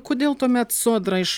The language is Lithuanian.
kodėl tuomet sodra iš